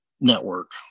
network